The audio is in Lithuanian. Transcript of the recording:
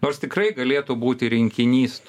nors tikrai galėtų būti rinkinys